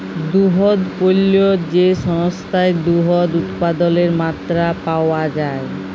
দুহুদ পল্য যে সংস্থায় দুহুদ উৎপাদলের মাত্রা পাউয়া যায়